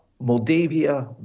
Moldavia